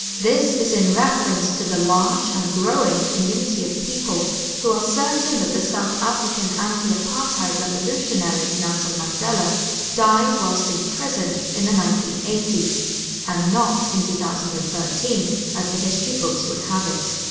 this is in reference to the large, and growing, community of people who are certain that the south african anti-apartheid revolutionary, nelson mandela died whilst in prison in the nineteen eighty s and not in two thousand and thirteen as the history books would have it.